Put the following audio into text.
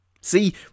See